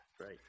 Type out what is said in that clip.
right